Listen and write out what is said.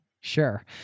Sure